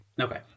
Okay